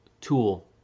tool